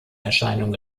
erscheinung